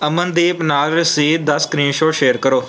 ਅਮਨਦੀਪ ਨਾਲ ਰਸੀਦ ਦਾ ਸਕ੍ਰੀਨਸ਼ੋਟ ਸ਼ੇਅਰ ਕਰੋ